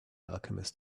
alchemist